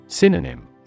Synonym